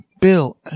Bill